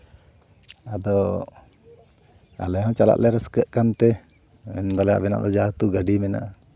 ᱟᱫᱚ ᱟᱞᱮ ᱦᱚᱸ ᱪᱟᱞᱟᱜ ᱞᱮ ᱨᱟᱹᱥᱠᱟᱹᱜ ᱠᱟᱱᱛᱮ ᱮᱢ ᱫᱟᱲᱮᱭᱟᱜ ᱡᱮ ᱦᱮᱦᱮᱛᱩ ᱟᱵᱮᱱᱟᱜ ᱫᱚ ᱜᱟᱹᱰᱤ ᱢᱮᱱᱟᱜᱼᱟ